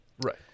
Right